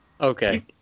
Okay